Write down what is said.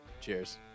Cheers